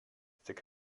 tik